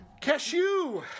Cashew